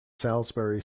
salisbury